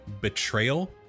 betrayal